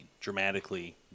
Dramatically